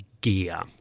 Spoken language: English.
gear